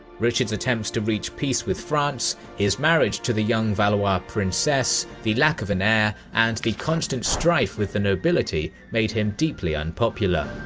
richard's attempts to reach peace with france his marriage to the young valois princess, the lack of an heir and the constant strife with the nobility made him deeply unpopular.